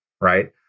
right